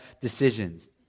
decisions